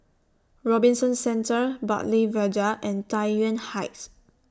Robinson Centre Bartley Viaduct and Tai Yuan Heights